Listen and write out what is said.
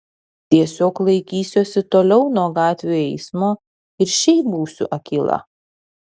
tiesiog laikysiuosi toliau nuo gatvių eismo ir šiaip būsiu akyla